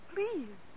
Please